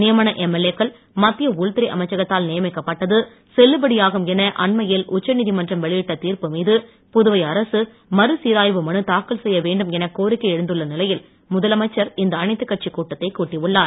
நியமன எம்எல்ஏக்கள் மத்திய உள்துறை அமைச்சகத்தால் நியமிக்கப்பட்டது செல்லுபடியாகும் என அன்மையில் உச்சநீதிமன்றம் வெளியிட்ட தீர்ப்பு மீது புதுவை அரசு மறுசீராய்வு மனு தாக்கல் செய்ய வேண்டும் என கோரிக்கை எழுந்துள்ள நிலையில் முதலமைச்சர் இந்த அனைத்து கட்சி கூட்டத்தை கூட்டியுள்ளார்